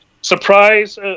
Surprise –